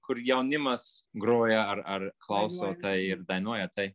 kur jaunimas groja ar ar klauso tai ir dainuoja tai